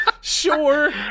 Sure